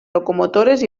locomotores